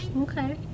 okay